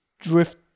drift